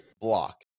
block